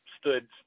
stood